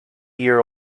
year